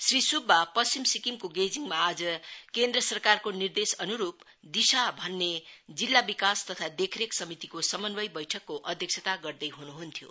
श्री सुब्बा पश्चिम सिक्किमको गेजिङमा आज केन्द्र सरकारको निर्देशाअन्रूप दिशा भन्ने जिल्ला विकास तथा देशरेख समितिको समन्वय बैठकको अध्यक्षता गर्दै हुनुहुन्थ्यो